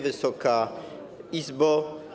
Wysoka Izbo!